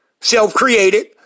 self-created